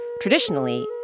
Traditionally